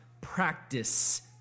practice